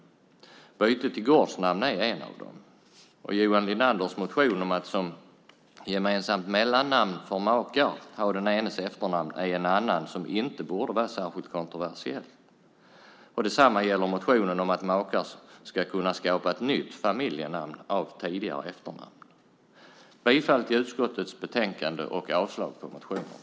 Motionen om byte till gårdsnamn är en av dem. Johan Linanders motion om att makar som gemensamt mellannamn ska kunna ha den enes efternamn är en annan som inte borde vara särskilt kontroversiell. Detsamma gäller motionen om att makar ska kunna skapa ett nytt familjenamn av tidigare efternamn. Jag yrkar bifall till förslaget i utskottets betänkande och avslag på motionerna.